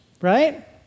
Right